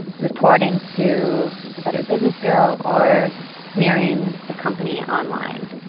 reporting to the better business bureau or smearing the company online.